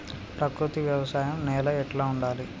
ప్రకృతి వ్యవసాయం నేల ఎట్లా ఉండాలి?